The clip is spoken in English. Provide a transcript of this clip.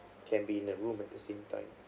can be in a room at the same time